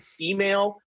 email